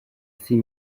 six